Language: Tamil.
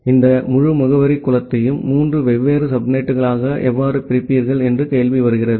எனவே இந்த முழு முகவரிக் குளத்தையும் மூன்று வெவ்வேறு சப்நெட்களாக எவ்வாறு பிரிப்பீர்கள் என்ற கேள்வி வருகிறது